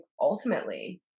ultimately